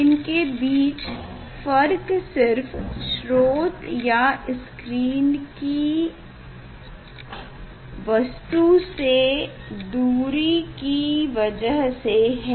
इनके बीच फर्क सिर्फ स्रोत या स्क्रीन की वस्तु ग्रेटिंग से दूरी की वजह से है